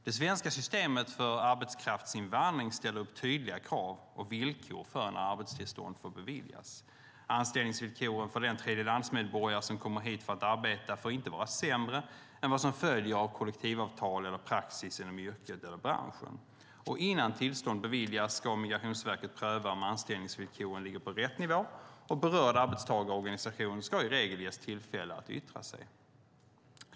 Det svenska systemet för arbetskraftsinvandring ställer upp tydliga krav och villkor för när arbetstillstånd får beviljas. Anställningsvillkoren för den tredjelandsmedborgare som kommer hit för att arbeta får inte vara sämre än vad som följer av kollektivavtal eller praxis inom yrket eller branschen. Innan tillstånd beviljas ska Migrationsverket pröva om anställningsvillkoren ligger på rätt nivå, och berörd arbetstagarorganisation ska i regel ges tillfälle att yttra sig.